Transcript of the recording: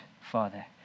Father